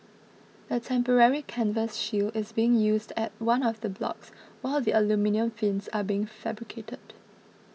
a temporary canvas shield is being used at one of the blocks while the aluminium fins are being fabricated